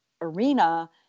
arena